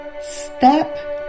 Step